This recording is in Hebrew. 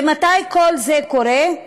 ומתי כל זה קורה?